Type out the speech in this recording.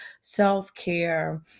self-care